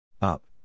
Up